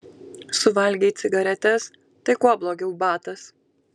suvalgei cigaretes tai kuo blogiau batas